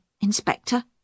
Inspector